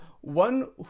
one